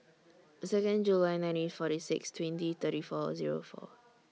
Second July nineteen forty six twenty thirty four Zero four